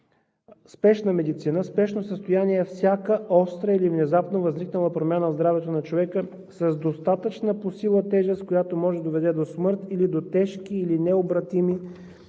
„Спешна медицина“ „спешно състояние“ е всяка остра или внезапно възникнала промяна в здравето на човека, с достатъчна по сила тежест, която може да доведе до смърт или до тежки или необратими